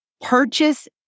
purchase